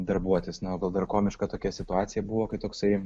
darbuotis na o dar komiška tokia situacija buvo kai toksai